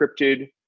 encrypted